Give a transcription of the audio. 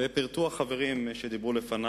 פירטו החברים שדיברו לפני